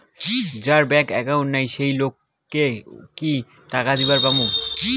যার bank account নাই সেই লোক কে ও কি টাকা দিবার পামু?